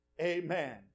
Amen